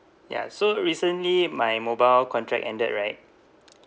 ya so recently my mobile contract ended right